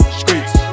streets